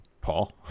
Paul